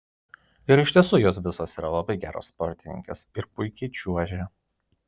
ir iš tiesų jos visos yra labai geros sportininkės ir puikiai čiuožė